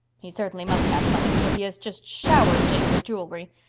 he certainly must have money, for he has just showered jane with jewelry.